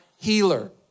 healer